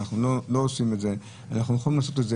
אנחנו לא עושים את זה ואנחנו יכולים לעשות את זה.